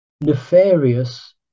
nefarious